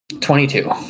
Twenty-two